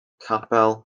capel